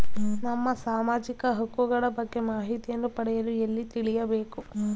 ನಮ್ಮ ಸಾಮಾಜಿಕ ಹಕ್ಕುಗಳ ಬಗ್ಗೆ ಮಾಹಿತಿಯನ್ನು ಪಡೆಯಲು ಎಲ್ಲಿ ತಿಳಿಯಬೇಕು?